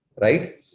right